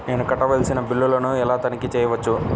నేను కట్టవలసిన బిల్లులను ఎలా తనిఖీ చెయ్యవచ్చు?